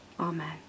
Amen